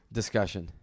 discussion